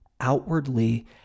Outwardly